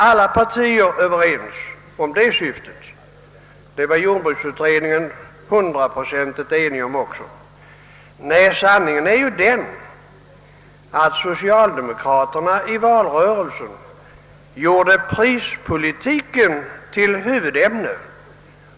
Alla partier är överens om det syftet. även jordbruksutredningen var hundraprocentigt enig därom. Nej, sanningen är att socialdemokraterna i valrörelsen gjorde prispolitiken till huvudämne.